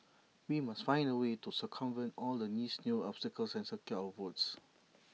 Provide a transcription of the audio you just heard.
we must find A way to circumvent all the niece new obstacles and secure our votes